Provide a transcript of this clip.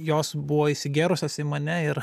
jos buvo įsigėrusios į mane ir